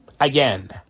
again